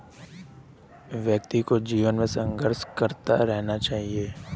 व्यक्ति को जीवन में संघर्ष करते रहना चाहिए